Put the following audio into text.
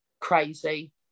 crazy